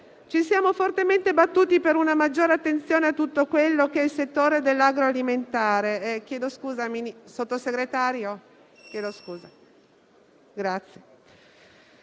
Ci siamo fortemente battuti per una maggiore attenzione a tutto il settore dell'agroalimentare;